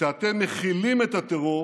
כשאתם מכילים את הטרור